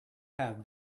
have